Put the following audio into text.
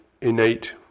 innate